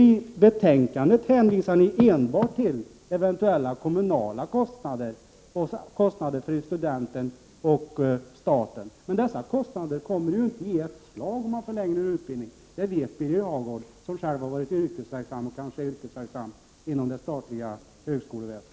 I betänkandet hänvisar moderaterna enbart till eventuella kommunala kostnader för studenter och för staten. Men dessa kostnader kommer ju inte i ett slag i och med en längre utbildning. Det vet Birger Hagård, som själv har varit yrkesverksam och kanske fortfarande är yrkesverksam inom det statliga högskoleväsendet.